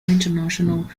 international